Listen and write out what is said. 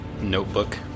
notebook